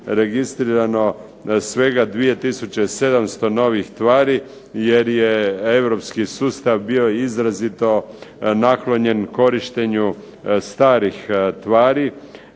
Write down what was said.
registrirano svega 2700 novih tvari jer je europski sustav bio izrazito naklonjen korištenju starih tvari,